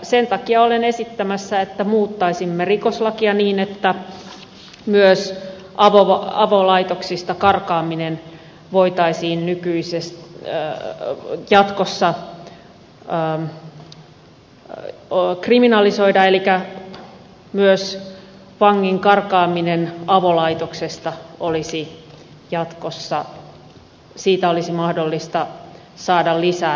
sen takia olen esittämässä että muuttaisimme rikoslakia niin että myös avolaitoksista karkaaminen voitaisiin jatkossa kriminalisoida elikkä myös avolaitoksesta karkaamisesta olisi jatkossa mahdollista saada lisää rangaistusta